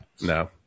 No